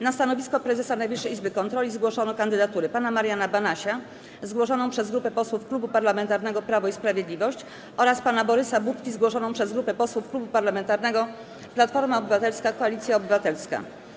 Na stanowisko prezesa Najwyższej Izby Kontroli zgłoszono kandydatury: pana Mariana Banasia, zgłoszoną przez grupę posłów Klubu Parlamentarnego Prawo i Sprawiedliwość, oraz pana Borysa Budki, zgłoszoną przez grupę posłów Klubu Parlamentarnego Platforma Obywatelska - Koalicja Obywatelska.